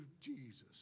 Jesus